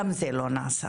גם זה לא נעשה.